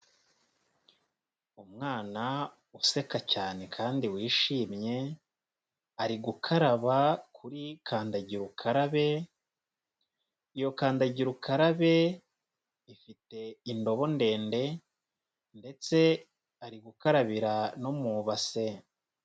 Umwana useka cyane kandi wishimye ari gukaraba kuri kandagira ukarabe yokandagira ukarabe ifite indobo ndende ndetse ari gukarabira no mubase.